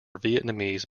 vietnamese